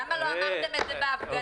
למה לא אמרתם את זה בהפגנה?